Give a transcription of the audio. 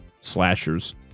slashers